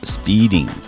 Speeding